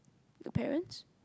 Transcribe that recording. the parents